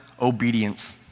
obedience